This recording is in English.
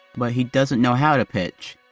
but he doesn't know how to pitch.